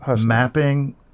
mapping